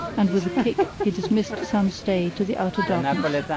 and with a kick he dismissed sam stay to the outer darkness.